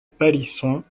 palisson